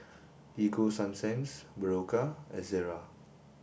Ego Sunsense Berocca and Ezerra